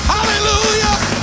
Hallelujah